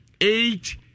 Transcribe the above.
eight